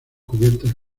cubiertas